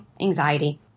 anxiety